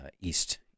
East